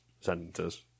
sentences